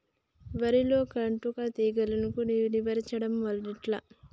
వరిలో కాటుక తెగుళ్లను నివారించడం ఎట్లా?